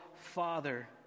Father